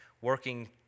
working